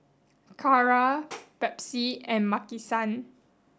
Kara Pepsi and Maki san